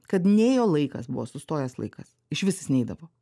kad nei jo laikas buvo sustojęs laikas išvis jis neidavo